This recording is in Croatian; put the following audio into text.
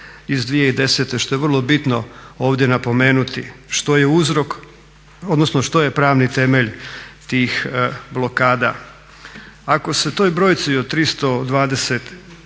iz 2010. što je vrlo bitno ovdje napomenuti što je uzrok, odnosno što je pravni temelj tih blokada? Ako se toj brojci od 323